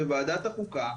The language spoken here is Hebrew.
בוועדת החוקה,